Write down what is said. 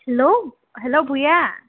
hello hello Bhuyan